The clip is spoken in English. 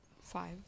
five